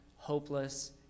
hopeless